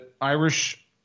Irish